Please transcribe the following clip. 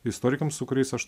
istorikams su kuriais aš